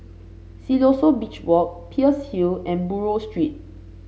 Siloso Beach Walk Peirce Hill and Buroh Street